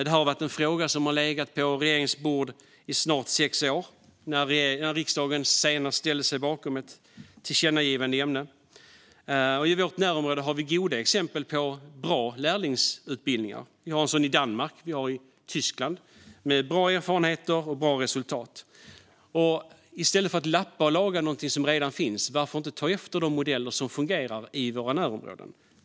Detta är en fråga som har legat på regeringens bord i snart sex år efter att riksdagen senast ställde sig bakom ett tillkännagivande i ämnet. I vårt närområde finns goda exempel på bra lärlingsutbildningar, till exempel i Danmark och Tyskland, med bra erfarenheter och bra resultat. Varför inte ta efter de modeller som fungerar i vårt närområde i stället för att lappa och laga någonting som redan finns?